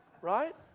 Right